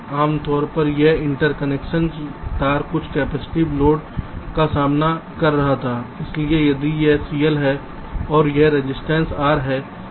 आम तौर पर यह इंटरकनेक्शन तार कुछ कैपेसिटिव लोड का सामना कर रहा था इसलिए यदि यह CL है और यह रजिस्टेंस R है